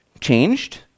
changed